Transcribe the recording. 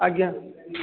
ଆଜ୍ଞା